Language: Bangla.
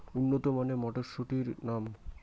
উন্নত মানের মটর মটরশুটির নাম?